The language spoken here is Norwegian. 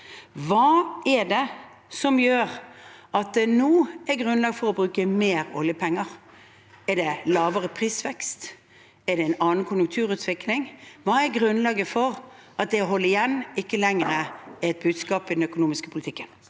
Hva er det som gjør at det nå er grunnlag for å bruke mer oljepenger? Er det lavere prisvekst? Er det en annen konjunkturutvikling? Hva er grunnlaget for at det å holde igjen ikke lenger er et budskap i den økonomiske politikken?